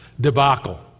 debacle